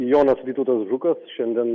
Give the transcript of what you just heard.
jonas vytautas žukas šiandien